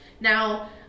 Now